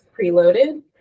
preloaded